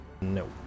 No